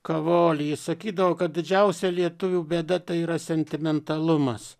kavolį jis sakydavo kad didžiausia lietuvių bėda tai yra sentimentalumas